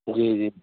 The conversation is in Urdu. جی جی